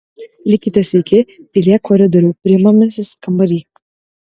likite sveiki pilie koridoriau priimamasis kambary